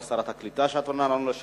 תודה רבה לשרת הקליטה שעונה לנו על השאלות.